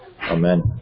Amen